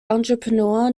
entrepreneur